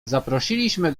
zaprosiliśmy